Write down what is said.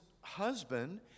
husband